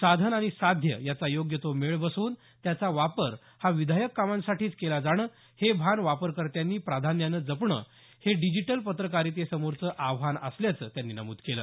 साधन आणि साध्य याचा योग्य तो मेळ बसवून त्याचा वापर हा विधायक कामांसाठीच केला जाणं हे भान वापरकर्त्यांनी प्राधान्यानं जपणं हे डिजीटल पत्रकारितेसमोरचं आव्हान असल्याचं त्यांनी नमूद केलं